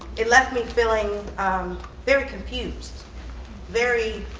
it left me feeling very confused very